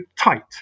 tight